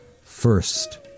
First